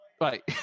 Right